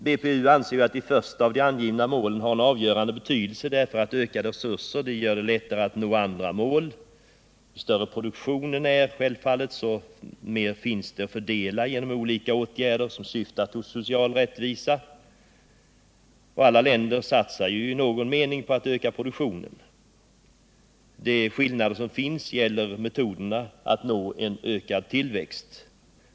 BPU anser att det första av de angivna målen har en avgörande betydelse, därför att ökade resurser gör det lättare att nå andra mål. Ju större produktionen är desto mer finns det att fördela genom olika åtgärder som syftar till social rättvisa. Alla u-länder satsar i någon mening på att öka produktionen. De skillnader som finns gäller metoderna att nå ökad tillväxt.